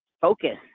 focus